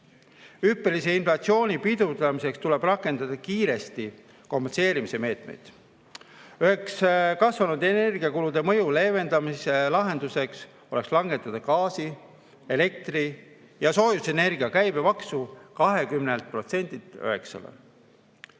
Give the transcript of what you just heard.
Hüppelise inflatsiooni pidurdamiseks tuleb rakendada kiiresti kompenseerimismeetmeid. Üks kasvanud energiakulude mõju leevendamise lahendus oleks langetada gaasi, elektri ja soojusenergia käibemaks 20%-lt 9%-le.